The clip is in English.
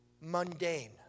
mundane